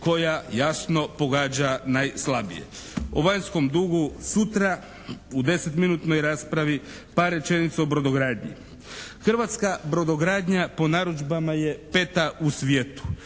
koja jasno pogađa najslabije. O vanjskom dugu sutra u 10-minutnoj raspravi. Par rečenica o brodogradnji. Hrvatska brodogradnja po narudžbama je 5 u svijetu.